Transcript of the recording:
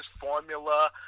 formula